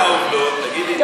תגידי את העובדות.